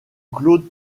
claude